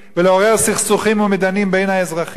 ולעורר סכסוכים ומדנים בין האזרחים.